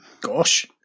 Gosh